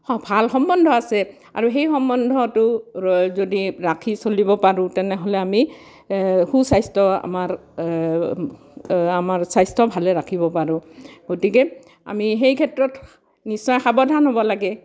ভাল সম্বন্ধ আছে আৰু সেই সম্বন্ধটো লৈ যদি ৰাখি চলিব পাৰোঁ তেনেহ'লে আমি সু স্বাস্থ্য আমাৰ আমাৰ স্বাস্থ্য ভালে ৰাখিব পাৰোঁ গতিকে আমি সেই ক্ষেত্ৰত নিশ্চয় সাৱধান হ'ব লাগে